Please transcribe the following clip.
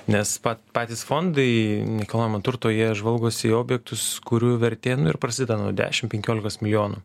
nes pa patys fondai nekilnojamo turto jie žvalgosi į objektus kurių vertė ir prasideda nuo dešim penkiolikos milijonų